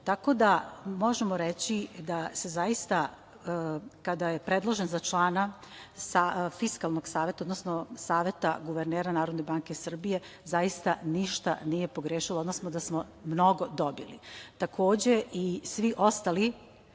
tako da možemo reći da se zaista kada je predložen za člana Fiskalnog saveta, odnosno Saveta guvernera NBS zaista ništa nije pogrešilo, odnosno da smo mnogo dobili. Takođe, i svi ostali